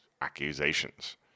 accusations